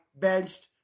benched